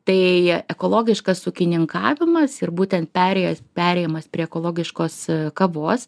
tai ekologiškas ūkininkavimas ir būtent perėjęs perėjimas prie ekologiškos kavos